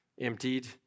emptied